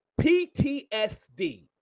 PTSD